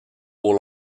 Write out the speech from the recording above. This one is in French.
pour